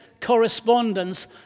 correspondence